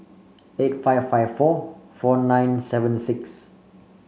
eight five five four four nine seven six